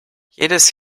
jedes